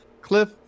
Cliff